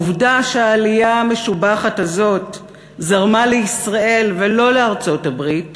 העובדה שהעלייה המשובחת הזאת זרמה לישראל ולא לארצות-הברית